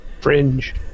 fringe